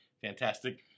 fantastic